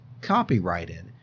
copyrighted